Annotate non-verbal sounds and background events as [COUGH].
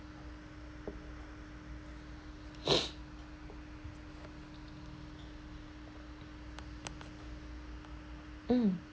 [NOISE] mm